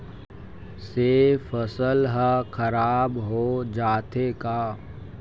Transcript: से फसल ह खराब हो जाथे का?